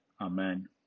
Amen